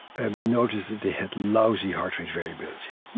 and we noticed that they had lousy heart rate variability.